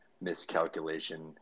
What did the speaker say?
miscalculation